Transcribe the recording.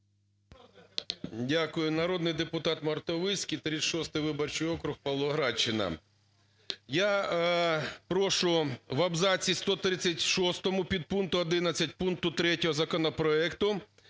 Дякую. Народний депутат Мартовицький, 36 виборчий округ, Павлоградщина. Я прошу в абзаці 135 підпункту 11 пункту 3 законопроекту